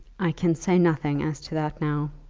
i can say nothing as to that now.